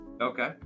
Okay